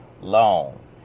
long